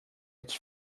its